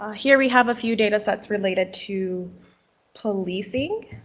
ah here we have a few data sets related to policing.